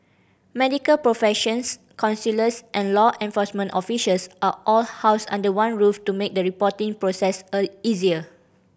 medical professionals counsellors and law enforcement officials are all housed under one roof to make the reporting process easier